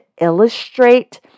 illustrate